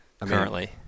currently